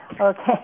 Okay